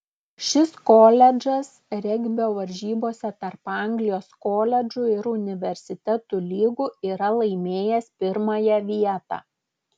šis koledžas regbio varžybose tarp anglijos koledžų ir universitetų lygų yra laimėjęs pirmąją vietą